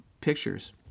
pictures